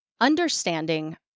Understanding